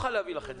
אומר לכם,